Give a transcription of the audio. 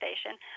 station